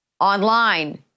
online